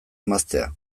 emaztea